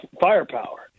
firepower